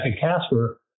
Casper